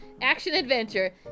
action-adventure